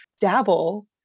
dabble